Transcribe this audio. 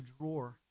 drawer